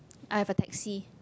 I have a taxi